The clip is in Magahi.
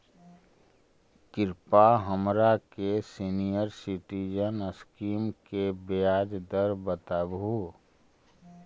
कृपा हमरा के सीनियर सिटीजन स्कीम के ब्याज दर बतावहुं